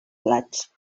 plats